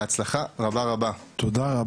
בהצלחה רבה רבה.